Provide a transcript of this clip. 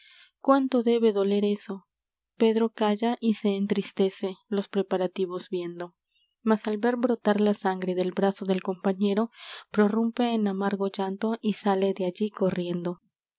cuánto debe doler eso pedro calla y se entristece los preparativos viendo mas al ver brotar la sangre del brazo del compañero prorrumpe en amargo llanto y sale de allí corriendo